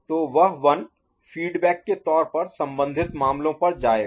तो वह 1 फीडबैक के तौर पर संबंधित मामलों पर जाएगा